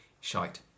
shite